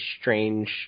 strange